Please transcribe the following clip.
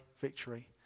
victory